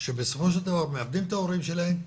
שבסופו של דבר מאבדים את ההורים שלהם,